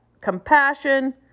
compassion